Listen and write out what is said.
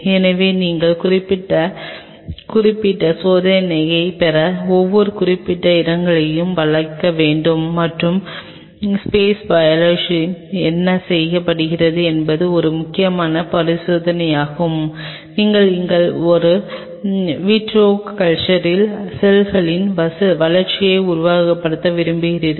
எனவே நீங்கள் குறிப்பிட்ட குறிப்பிட்ட சோதனையைப் பெற ஒவ்வொரு குறிப்பிட்ட இடங்களையும் வளைக்க வேண்டும் மற்றும் ஸ்பெஸ் பையலோஜி என்ன செய்யப்படுகிறது என்பது ஒரு முக்கியமான பரிசோதனையாகும் அங்கு நீங்கள் ஒரு விட்ரோ கல்ச்சரில் செல்களின் வளர்ச்சியை உருவகப்படுத்த விரும்பினீர்கள்